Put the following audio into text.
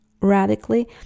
radically